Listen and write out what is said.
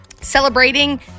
Celebrating